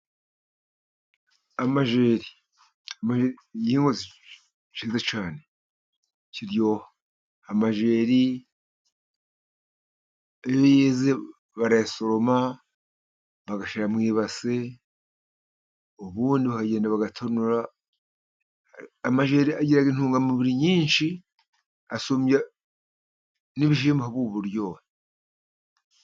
Amajeri ni igihingwa cyiza cyane, kiryoha. Amajeri iyo yeze barayasoroma bagashyira mu base, ubundi bakagenda bagatonora, amajeri agira intungamubiri nyinshi, asumbya n'ibishyimbo ahubwo kuryoha.